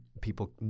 people